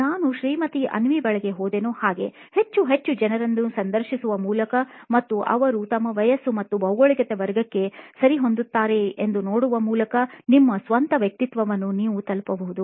ನಾನು ಶ್ರೀಮತಿ ಅವ್ನಿ ಬಳಿಗೆ ಹೋದೆನೋ ಹಾಗೆ ಹೆಚ್ಚು ಹೆಚ್ಚು ಜನರನ್ನು ಸಂದರ್ಶಿಸುವ ಮೂಲಕ ಮತ್ತು ಅವರು ನಮ್ಮ ವಯಸ್ಸು ಮತ್ತು ಭೌಗೋಳಿಕ ವರ್ಗಕ್ಕೆ ಸರಿಹೊಂದುತ್ತಾರೆಯೇ ಎಂದು ನೋಡುವ ಮೂಲಕ ನಿಮ್ಮ ಸ್ವಂತ ವ್ಯಕ್ತಿತ್ವವನ್ನು ನೀವು ತಲುಪಬಹುದು